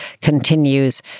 continues